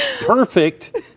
Perfect